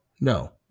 no